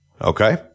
Okay